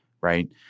right